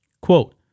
Quote